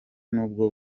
n’ubwo